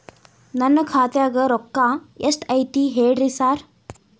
ನನ್ ಖಾತ್ಯಾಗ ರೊಕ್ಕಾ ಎಷ್ಟ್ ಐತಿ ಹೇಳ್ರಿ ಸಾರ್?